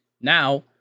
now